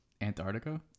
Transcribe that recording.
Antarctica